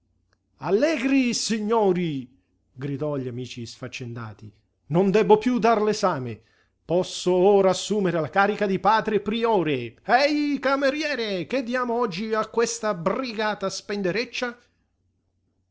allegri signori gridò agli amici sfaccendati non debbo piú dar l'esame posso ora assumere la carica di padre priore ehi cameriere che diamo oggi a questa brigata spendereccia